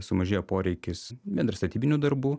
sumažėjo poreikis bendrai statybinių darbų